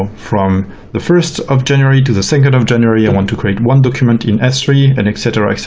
from the first of january to the second of january, i want to create one document in s three and et cetera.